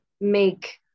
make